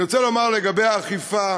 אני רוצה לומר לגבי האכיפה,